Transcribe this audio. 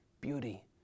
beauty